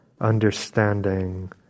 Understanding